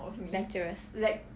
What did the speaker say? lecturers